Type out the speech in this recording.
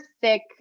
thick